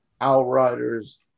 Outriders